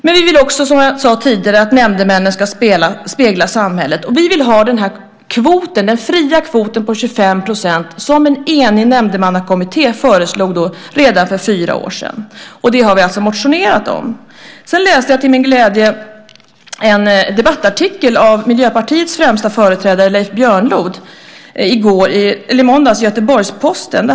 Men vi vill också, som jag sade tidigare, att nämndemännen ska spegla samhället. Och vi vill ha den här kvoten, den fria kvoten på 25 %, som en enig Nämndemannakommitté föreslog redan för fyra år sedan. Det har vi alltså motionerat om. Sedan läste jag till min glädje en debattartikel av Miljöpartiets främsta företrädare, Leif Björnlod, i går i Göteborgs-Posten.